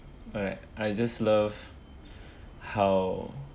alright I just love how